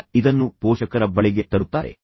ಈಗ ಅವರು ಇದನ್ನು ಪೋಷಕರ ಬಳಿಗೆ ತರುತ್ತಾರೆ